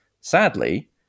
Sadly